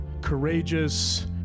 courageous